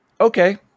Okay